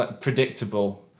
predictable